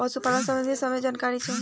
पशुपालन सबंधी सभे जानकारी चाही?